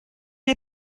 les